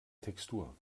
textur